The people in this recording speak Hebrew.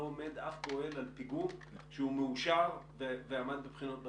לא עומד אף פועל על פיגום שהוא מאושר ועמד בבחינות בתקן?